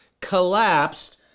collapsed